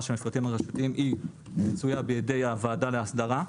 של המפרטים הרשותיים מצוי בידי הוועדה להסדרה.